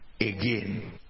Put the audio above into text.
again